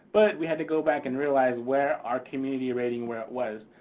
but we had to go back and realize where our community rating, where it was.